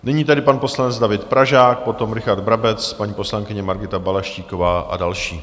Nyní tedy pan poslanec David Pražák, potom Richard Brabec, paní poslankyně Margita Balaštíková a další.